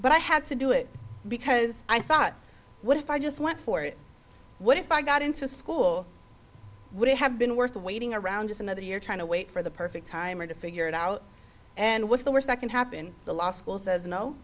but i had to do it because i thought what if i just went for it what if i got into school would have been worth waiting around just another year trying to wait for the perfect time or to figure it out and what's the worst that can happen the law school says no